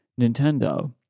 Nintendo